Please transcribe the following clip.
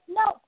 no